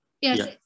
Yes